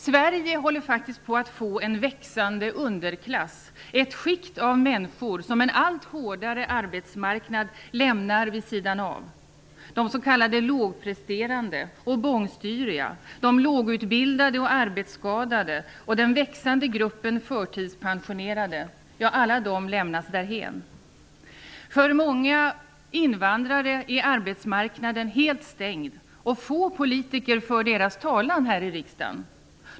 Sverige håller faktiskt på att få en växande underklass, ett skikt av människor som en allt hårdare arbetsmarknad lämnar vid sidan av. De s.k. lågpresterande och bångstyriga, de lågutbildade, de arbetsskadade och den växande gruppen förtidspensionerade lämnas alla därhän. För många invandrare är arbetsmarknaden helt stängd. Få politiker för deras talan här i riksdagen.